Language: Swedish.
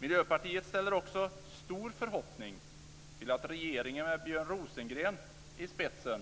Miljöpartiet har också stor förhoppningar på att regeringen med Björn Rosengren i spetsen